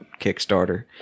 kickstarter